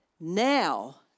Now